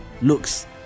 looks